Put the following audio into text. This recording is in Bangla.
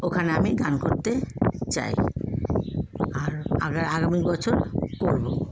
ওখানে আমি গান করতে চাই আর আগার আগামী বছর করবো